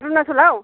अरुनाचलआव